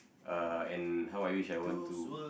uh and how I wish I want to